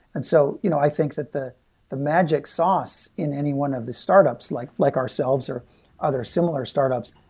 and so you know i think that the the magic sauce in anyone of the startups, like like ourselves, or other similar startups,